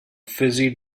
fizzy